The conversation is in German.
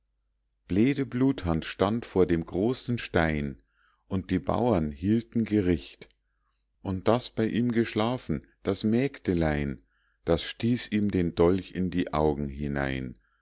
bleede bluthand stand vor dem großen stein und die bauern hielten gericht und das bei ihm geschlafen das mägdelein das stieß ihm den dolch in die augen hinein